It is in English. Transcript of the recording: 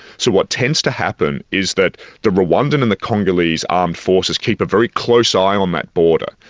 so what tends to happen is that the rwandan and the congolese armed forces keep a very close eye on that border.